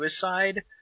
suicide